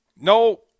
no